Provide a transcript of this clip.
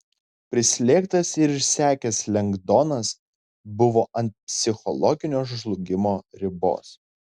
prislėgtas ir išsekęs lengdonas buvo ant psichologinio žlugimo ribos